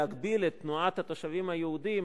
להגביל את התושבים היהודים,